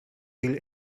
feel